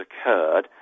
occurred